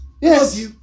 Yes